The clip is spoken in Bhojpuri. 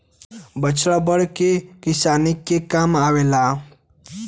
बछड़ा बड़ होई के किसान के काम आवेला